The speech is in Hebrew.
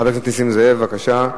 חבר הכנסת נסים זאב, בבקשה.